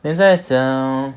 你在讲